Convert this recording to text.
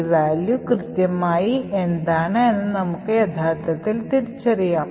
ഈ value കൃത്യമായി എന്താണ് എന്ന് നമുക്ക് യഥാർത്ഥത്തിൽ തിരിച്ചറിയാം